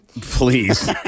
Please